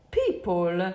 people